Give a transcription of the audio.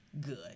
good